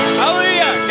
hallelujah